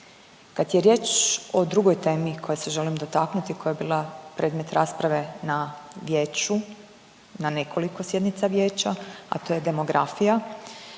Kad je riječ o drugoj temi koje se želim dotaknuti koja je bila predmet rasprave na Vijeću na nekoliko sjednica Vijeća, a to je demografija